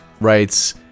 writes